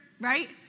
right